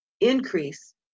increase